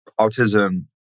autism